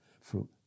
fruit